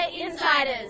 Insiders